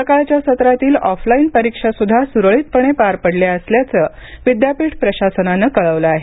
सकाळच्या सत्रातील ऑफलाईन परीक्षा सुद्धा सुरळीतपणे पार पडल्या असल्याचं विद्यापीठ प्रशासनानं कळवलं आहे